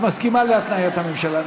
את מסכימה להתניית הממשלה,